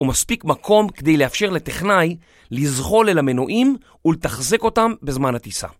ומספיק מקום כדי לאפשר לטכנאי לזחול אל המנועים ולתחזק אותם בזמן הטיסה.